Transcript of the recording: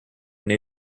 new